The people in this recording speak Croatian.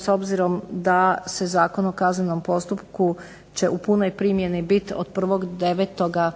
s obzirom da se Zakon o kaznenom postupku će u punoj primjeni biti od 1.9.